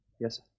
Yes